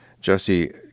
Jesse